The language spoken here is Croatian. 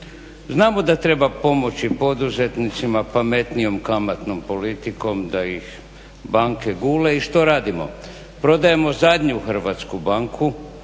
Znamo da treba pomoći poduzetnicima pametnijom kamatnom politikom da ih banke gule i što radimo? Prodajemo zadnju Hrvatsku banku